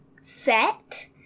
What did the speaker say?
set